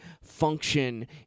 function